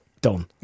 Done